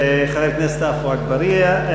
חבר הכנסת עפו אגבאריה.